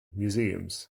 museums